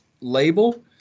label